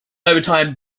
overtime